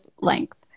length